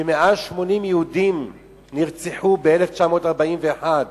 שיותר מ-80 יהודים נרצחו ב-1941.